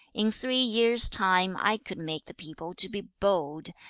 in three years' time i could make the people to be bold,